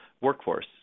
workforce